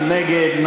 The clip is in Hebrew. מי נגד?